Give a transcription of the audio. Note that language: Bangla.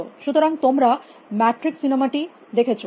সুতরাং তোমরা ম্যাট্রিক্স সিনেমাটি দেখেছ